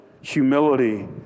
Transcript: humility